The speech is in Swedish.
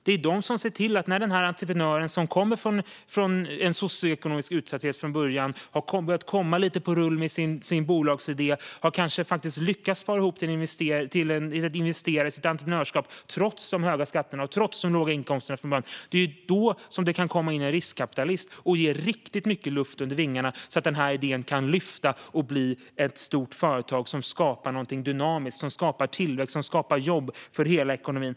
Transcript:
Det är de som ser till att den entreprenör som från början kommer från en socioekonomisk utsatthet, som har börjat få rull på sin bolagsidé och som kanske har lyckats spara ihop till att investera i sitt entreprenörskap, trots de höga skatterna och i början låga inkomsterna, kan få riktigt mycket luft under vingarna så att idén kan lyfta och bli ett stort företag som skapar något dynamiskt, som skapar tillväxt och som skapar jobb för hela ekonomin.